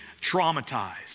traumatized